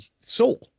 soul